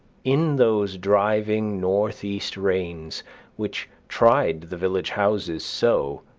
in those driving northeast rains which tried the village houses so,